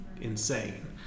insane